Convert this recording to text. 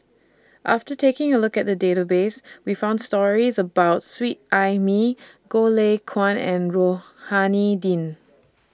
after taking A Look At The Database We found stories about Sweet Ai Mee Goh Lay Kuan and Rohani Din